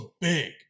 big